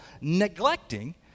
neglecting